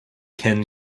ken